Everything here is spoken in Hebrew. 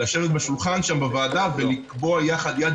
לשבת שם בשולחן בוועדה ולקבוע יחד יד